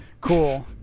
cool